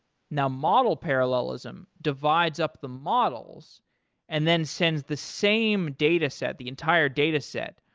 now, model parallelism divides up the models and then sends the same dataset, the entire dataset,